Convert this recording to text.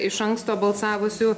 iš anksto balsavusių